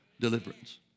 deliverance